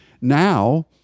now